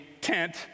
tent